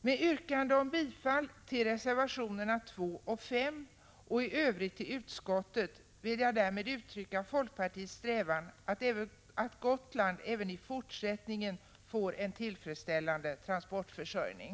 Med yrkande om bifall till reservationerna 2 och 5 och i övrigt till utskottets hemställan vill jag därmed uttrycka folkpartiets strävan att ge Gotland en även i fortsättningen tillfredsställande transportförsörjning.